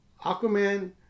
Aquaman